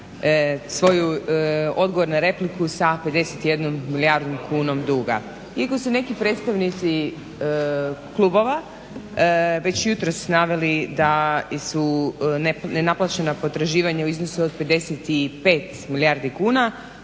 svoj odgovor na repliku sa 51 milijardom kuna duga. Iako su neki predstavnici klubova već jutros naveli da su nenaplaćena potraživanja u iznosu od 55 milijardi kuna,